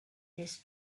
his